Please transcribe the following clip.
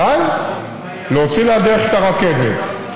אבל להוציא לדרך את הרכבת,